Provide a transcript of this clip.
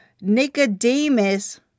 Nicodemus